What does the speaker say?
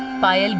fine.